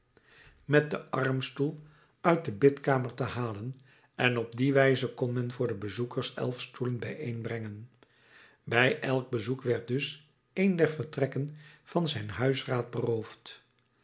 met den armstoel uit de bidkamer te halen en op die wijze kon men voor de bezoekers elf stoelen bijeenbrengen bij elk bezoek werd dus een der vertrekken van zijn huisraad beroofd